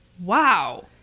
Wow